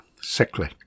sickly